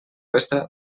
resta